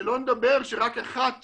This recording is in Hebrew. שלא לדבר שרק אחת